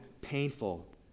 painful